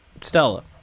Stella